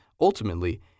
ultimately